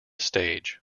stage